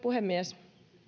puhemies